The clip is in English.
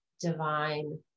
divine